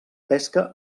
pesca